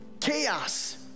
chaos